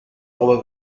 over